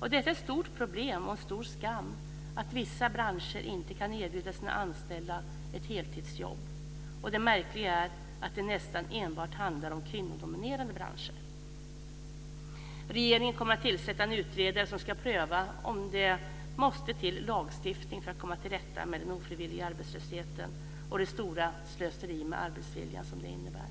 Detta är ett stort problem och en stor skam att vissa branscher inte kan erbjuda sina anställda ett heltidsjobb. Det märkliga är att det nästan enbart handlar om kvinnodominerade branscher. Regeringen kommer att tillsätta en utredare som ska pröva om det måste till lagstiftning för att komma till rätta med den ofrivilliga arbetslösheten och det stora slöseri med arbetsvilja som det innebär.